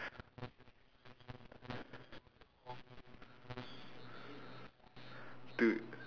dude